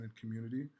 community